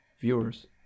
viewers